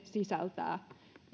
sisältää